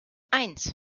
eins